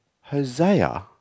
Hosea